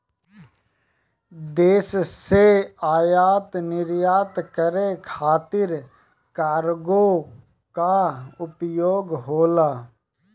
देश से आयात निर्यात करे खातिर कार्गो कअ उपयोग होला